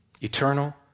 Eternal